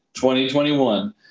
2021